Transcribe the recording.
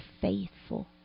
faithful